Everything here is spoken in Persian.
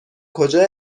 کجای